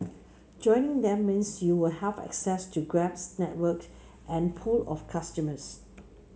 joining them means you'll have access to Grab's network and pool of customers